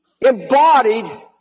embodied